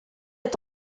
est